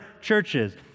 churches